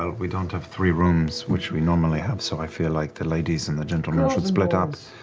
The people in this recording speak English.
ah we don't have three rooms which we normally have, so i feel like the ladies and the gentlemen should split um